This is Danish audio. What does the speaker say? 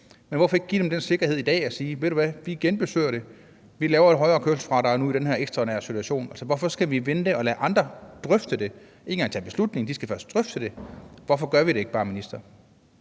kan. Hvorfor ikke give dem den sikkerhed i dag, at man siger: Ved I hvad, vi genbesøger det; vi laver et højere kørselsfradrag nu i den her ekstraordinære situation? Altså, hvorfor skal vi vente og lade andre drøfte det? De kan ikke engang tage beslutningen, de skal først drøfte det. Hvorfor gør vi det ikke bare, minister?